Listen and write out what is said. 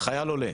--- חייל עולה,